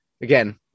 Again